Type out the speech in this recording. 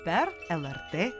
per lrt